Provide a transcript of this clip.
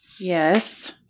Yes